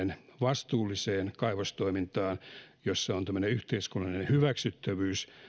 vastuulliseen kaivostoimintaan jossa on tämmöinen yhteiskunnallinen hyväksyttävyys